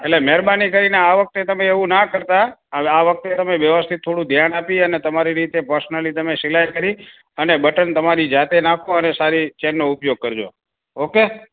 એટલે મહેરબાની કરીને આ વખતે તમે એવું ના કરતાં હવે આ વખતે તમે વ્યવસ્થિત થોડું ધ્યાન આપી અને તમારી રીતે પર્સનલી તમે સિલાઈ કરી અને બટન તમારી જાતે નાખો અને સારી ચેનનો ઉપયોગ કરજો ઓકે